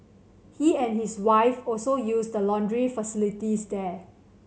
he and his wife also use the laundry facilities there